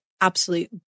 absolute